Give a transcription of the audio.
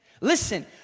Listen